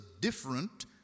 different